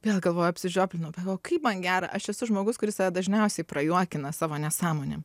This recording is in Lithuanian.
vėl galvoju apsižioplinau kaip man gera aš esu žmogus kuris dažniausiai prajuokina savo nesąmonėm